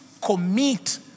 commit